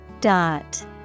Dot